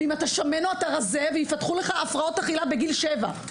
אם אתה שמן או רזה ויפתחו לך הפרעות אכילה בגיל 7,